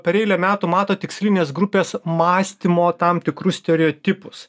per eilę metų matot tikslinės grupės mąstymo tam tikrus stereotipus